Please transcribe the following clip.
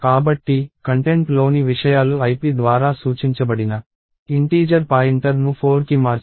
కాబట్టి కంటెంట్లోని విషయాలు ip ద్వారా సూచించబడిన ఇంటీజర్ పాయింటర్ను 4కి మార్చాలి